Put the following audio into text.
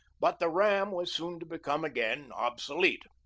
but the ram was soon to become again obsolete.